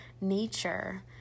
nature